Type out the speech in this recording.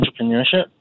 entrepreneurship